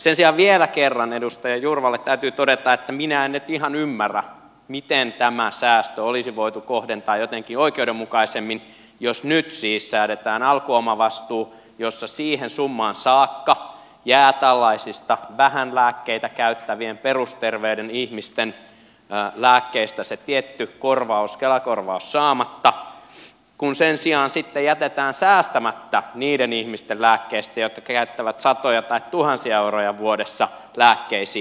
sen sijaan vielä kerran edustaja jurvalle täytyy todeta että minä en nyt ihan ymmärrä miten tämä säästö olisi voitu kohdentaa jotenkin oikeudenmukaisemmin jos nyt siis säädetään alkuomavastuu jossa siihen summaan saakka jää tällaisista vähän lääkkeitä käyttävien perusterveiden ihmisten lääkkeistä se tietty korvaus kela korvaus saamatta kun sen sijaan sitten jätetään säästämättä niiden ihmisten lääkkeistä jotka käyttävät satoja tai tuhansia euroja vuodessa lääkkeisiin